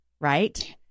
Right